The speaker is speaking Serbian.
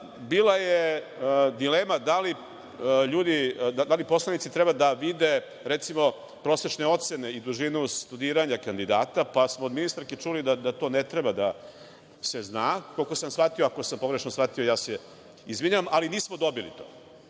je dilema da li poslanici treba da vide recimo prosečne ocene i dužinu studiranja kandidata, pa smo od ministarke čuli da to ne treba da se zna. Koliko sam shvatio, ako sam pogrešno shvatio ja se izvinjavam, ali nismo dobili to,